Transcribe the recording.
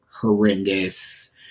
horrendous